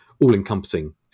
all-encompassing